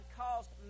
caused